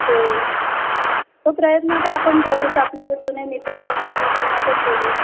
हो तो प्रयत्न तर आपण करूच आपले जुने मित्रमैत्रिणी त्यांना पण बोलवू